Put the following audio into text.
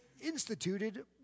instituted